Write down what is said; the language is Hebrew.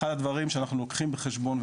אחד הדברים שאנחנו לוקחים בחשבון,